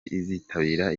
izitabira